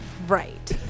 Right